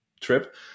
trip